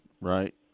right